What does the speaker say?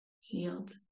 Healed